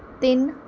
ਤਿੰਨ